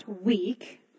week